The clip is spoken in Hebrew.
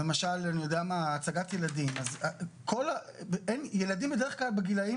למשל הצגת ילדים ילדים בדרך כלל בגילאים